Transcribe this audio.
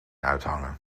uithangen